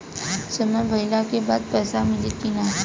समय भइला के बाद पैसा मिली कि ना?